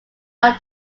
not